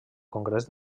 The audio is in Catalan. congrés